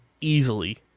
easily